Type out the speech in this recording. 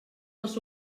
dels